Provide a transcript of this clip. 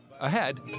ahead